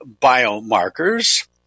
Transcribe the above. biomarkers